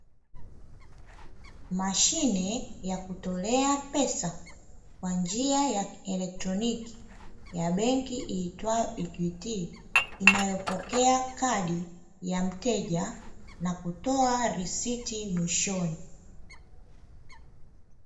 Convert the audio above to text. Mashine ya kutolea pesa kwa njia ya kielektroniki ya benki iitwayo "Equity" inayopokea kadi ya mteja na kutoa risiti mwishoni.